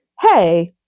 hey